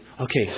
okay